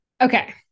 Okay